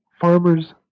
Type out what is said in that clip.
farmers